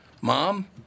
Mom